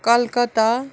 Kolkata